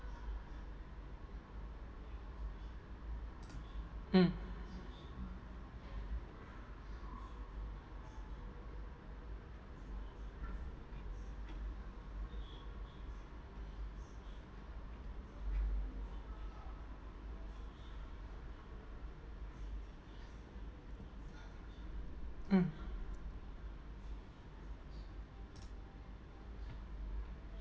mm mm